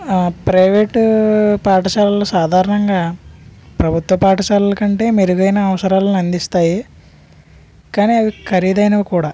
private పాఠశాలలు సాధారణంగా ప్రభుత్వ పాఠశాలల కంటే మెరుగైన అవసరాలను అందిస్తాయి కానీ అవి ఖరీదైనవి కూడా